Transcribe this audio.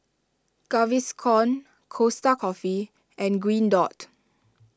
Gaviscon Costa Coffee and Green Dot